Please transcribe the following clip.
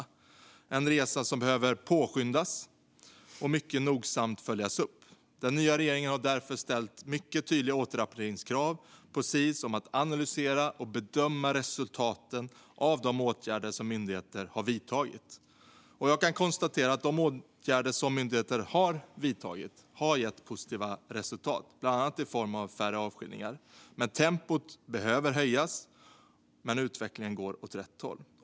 Det är en resa som behöver påskyndas och mycket nogsamt följas upp. Den nya regeringen har därför ställt mycket tydliga återrapporteringskrav på Sis om att analysera och bedöma resultaten av de åtgärder som myndigheten har vidtagit. Jag kan konstatera att de åtgärder som myndigheten har vidtagit har gett positiva resultat, bland annat i form av färre avskiljningar. Tempot behöver höjas, men utvecklingen går ändå åt rätt håll.